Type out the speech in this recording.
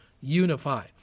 unify